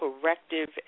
corrective